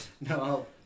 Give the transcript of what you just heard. No